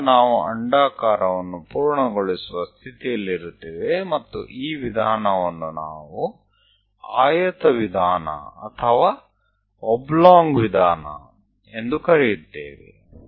ಇದರಿಂದ ನಾವು ಅಂಡಾಕಾರವನ್ನು ಪೂರ್ಣಗೊಳಿಸುವ ಸ್ಥಿತಿಯಲ್ಲಿರುತ್ತೇವೆ ಮತ್ತು ಈ ವಿಧಾನವನ್ನು ನಾವು ಆಯತ ವಿಧಾನ ಅಥವಾ ಒಬ್ಲೊಂಗ್ ವಿಧಾನ ಎಂದು ಕರೆಯುತ್ತೇವೆ